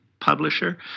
publisher